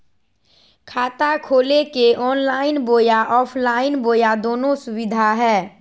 खाता खोले के ऑनलाइन बोया ऑफलाइन बोया दोनो सुविधा है?